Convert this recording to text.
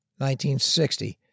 1960